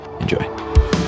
Enjoy